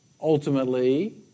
ultimately